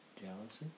Jealousy